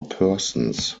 persons